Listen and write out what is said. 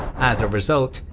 as a result,